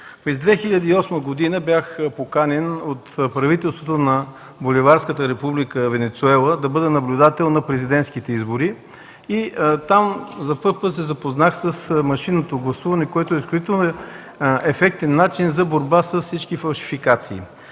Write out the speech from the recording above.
През 2008 г. бях поканен от правителството на Боливарската република Венецуела да бъда наблюдател на президентските избори. Там за пръв път се запознах с машинното гласуване, което е изключително ефектен начин за борба с всички фалшификации.